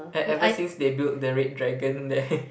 at ever since they build the red dragon there